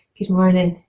good morning.